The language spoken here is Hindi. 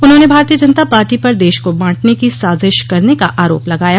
उन्होंने भारतीय जनता पार्टी पर देश को बांटने की साजिश करने का आरोप लगाया